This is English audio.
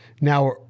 Now